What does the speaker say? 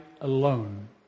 alone